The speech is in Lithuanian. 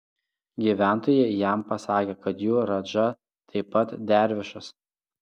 gyventojai jam pasakė kad jų radža taip pat dervišas